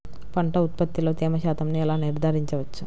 పంటల ఉత్పత్తిలో తేమ శాతంను ఎలా నిర్ధారించవచ్చు?